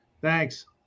Thanks